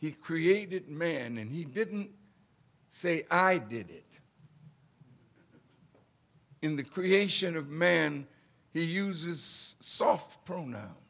he created man and he didn't say i did it in the creation of man he uses soft prono